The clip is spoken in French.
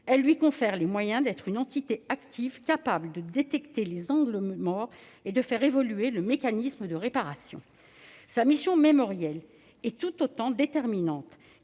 lui confère les moyens d'être une entité active capable de détecter les angles morts et de faire évoluer le mécanisme de réparation. Sa mission mémorielle est tout aussi déterminante